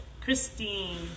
Christine